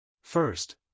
First